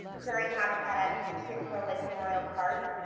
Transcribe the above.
prairie habitat at creve coeur lake memorial park.